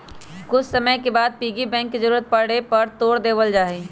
कुछ समय के बाद पिग्गी बैंक के जरूरत पड़े पर तोड देवल जाहई